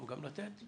נכון.